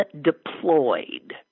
deployed